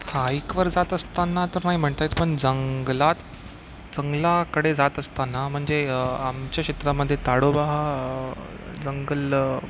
हाईकवर जात असताना तर नाही म्हणता येत पण जंगलात जंगलाकडे जात असताना म्हणजे आमच्या क्षेत्रामध्ये ताडोबा हा जंगल